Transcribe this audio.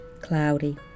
cloudy